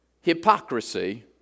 hypocrisy